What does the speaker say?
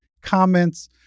comments